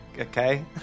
okay